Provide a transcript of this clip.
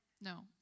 No